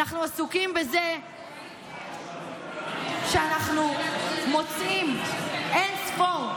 אנחנו עסוקים בזה שאנחנו מוצאים אין-ספור,